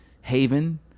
haven